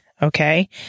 Okay